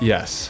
Yes